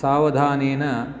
सावधानेन